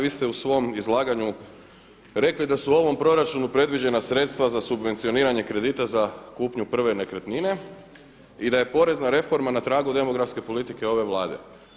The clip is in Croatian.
Vi ste u svom izlaganju rekli da su u ovom proračunu predviđena sredstva za subvencioniranje kredita za kupnju prve nekretnine i da je porezna reforma na tragu demografske politike ove Vlade.